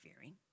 fearing